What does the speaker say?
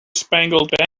spangled